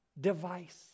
device